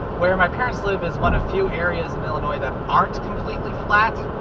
where my parents live is one of few areas in illinois that aren't completely flat.